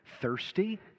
thirsty